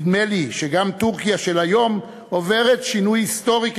נדמה לי שגם טורקיה של היום עוברת שינוי היסטורי,